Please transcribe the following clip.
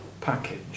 package